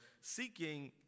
seeking